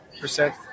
percent